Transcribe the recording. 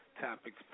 topics